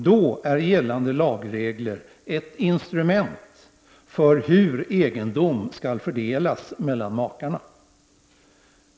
Då är gällande lagregler ett instrument för hur egendom skall fördelas mellan makarna.